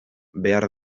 behar